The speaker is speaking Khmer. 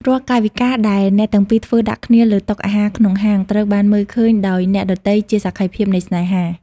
រាល់កាយវិការដែលអ្នកទាំងពីរធ្វើដាក់គ្នាលើតុអាហារក្នុងហាង ត្រូវបានមើលឃើញដោយអ្នកដទៃជាសក្ខីភាពនៃស្នេហា។